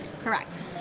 Correct